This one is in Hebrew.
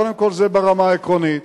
קודם כול, זה ברמה העקרונית.